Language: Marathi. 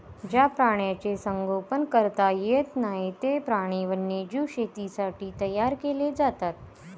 ज्या प्राण्यांचे संगोपन करता येत नाही, ते प्राणी वन्यजीव शेतीसाठी तयार केले जातात